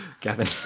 Gavin